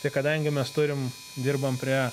tai kadangi mes turim dirbam prie